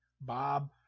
Bob